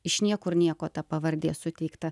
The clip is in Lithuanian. iš niekur nieko ta pavardė suteikta